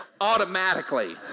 automatically